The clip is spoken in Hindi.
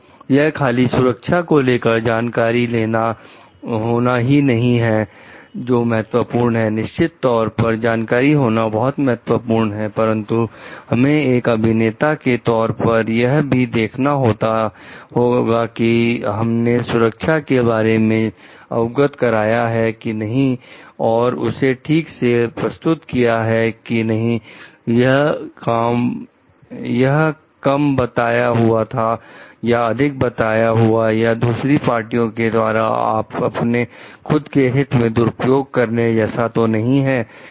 तो यह खाली सुरक्षा को लेकर जानकारी होना ही नहीं है जो महत्वपूर्ण है निश्चित तौर पर जानकारी होना बहुत महत्वपूर्ण है परंतु हमें एक अभिनेता के तौर पर यह भी देखना होगा कि हमने सुरक्षा के बारे में अवगत कराया है कि नहीं और उसे ठीक से प्रस्तुत किया गया है कि नहीं यह कम बताया हुआ या अधिक बताया हुआ यह दूसरी पार्टियों के द्वारा अपने खुद के हित में दुरुपयोग करने जैसा तो नहीं है